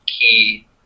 key